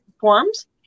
forms